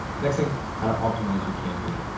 next thing, how to optimize your campaign.